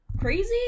crazy